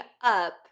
up